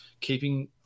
keeping